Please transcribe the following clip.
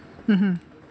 mmhmm